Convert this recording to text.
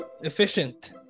efficient